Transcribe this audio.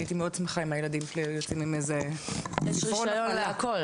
הייתי מאוד שמחה אם הילדים שלי --- אני אחראית תחום פיתוח תוכן